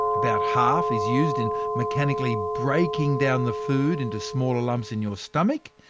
about half is used in mechanically breaking down the food into smaller lumps in your stomach,